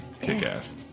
kick-ass